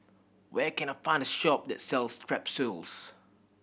where can I find a shop that sells Strepsils